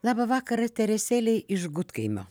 labą vakarą teresėlei iš gudkaimio